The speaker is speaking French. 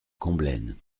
combelaine